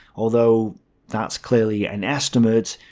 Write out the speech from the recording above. although that's clearly an estimate,